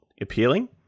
appealing